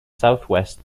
southwest